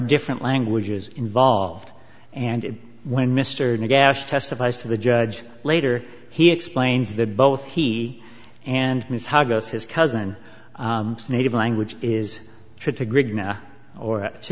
different languages involved and when mr gash testifies to the judge later he explains that both he and ms how goes his cousin native language is true to